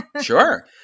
Sure